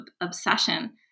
obsession